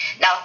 Now